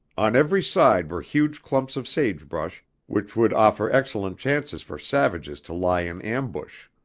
on every side were huge clumps of sage-bush which would offer excellent chances for savages to lie in ambush.